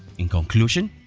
in conclusion,